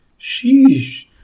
Sheesh